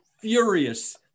furious